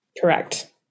correct